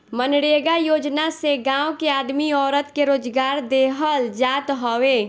मनरेगा योजना से गांव के आदमी औरत के रोजगार देहल जात हवे